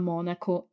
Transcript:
Monaco